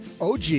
OG